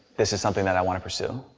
this is something that i wanna pursue?